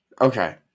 Okay